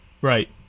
Right